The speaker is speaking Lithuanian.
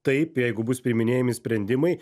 taip jeigu bus priiminėjami sprendimai